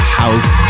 house